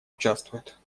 участвует